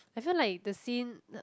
have you like the scene